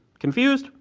confused?